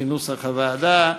כנוסח הוועדה.